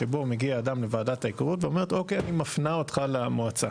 שבו מגיע אדם לוועדת ההיכרות ואומרת אוקיי אני מפנה אותך למועצה.